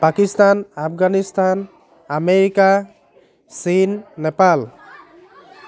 Pakistan Afghanistan America চীন নেপাল